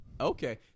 Okay